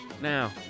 now